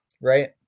Right